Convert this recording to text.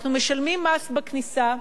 אנחנו משלמים מס בכניסה,